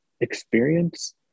experience